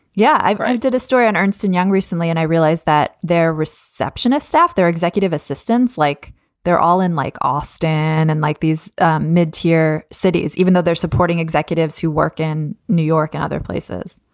yeah, i but i did a story on ernst and young recently and i realized that their receptionist staff, their executive assistants, like they're all in like off ah stand and like these mid tier cities, even though they're supporting executives who work in new york, and other places.